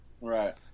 right